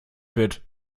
wird